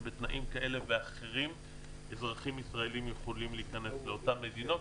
שבתנאים כאלה ואחרים אזרחים ישראלים יכולים להיכנס לאותן מדינות.